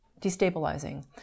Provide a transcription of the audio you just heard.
destabilizing